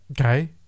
Okay